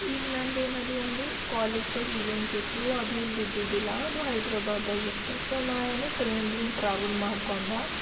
ಈಗ ನಂದು ಏನದು ಒಂದು ಕಾಲೇಜ್ನಾಗೆ ಇವೆಂಟ್ ಇತ್ತು ಅದು ಇಲ್ಲಿದ್ದಿದ್ದಿಲ್ಲ ಅದು ಹೈದ್ರಾಬಾದ್ದಾಗಿತ್ತು ಸೊ ನಾನು ಏನು ಟ್ರೇನ್ನಿಂದ ಏನು ಟ್ರಾವೆಲ್ ಮಾಡ್ಕೊಂಡೆ